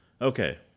Okay